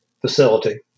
facility